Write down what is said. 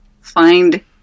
Find